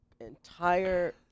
entire